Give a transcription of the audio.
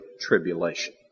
Tribulation